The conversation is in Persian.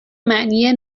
معنی